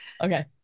Okay